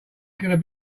going